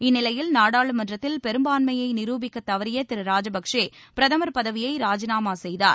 இந்நிலையில் நாடாளுமன்றத்தில் பெரும்பான்மையை நிருபிக்கத் தவறிய திரு ராஜபக்சே பிரதமர் பதவியை ராஜினாமா செய்தார்